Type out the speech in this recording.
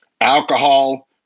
Alcohol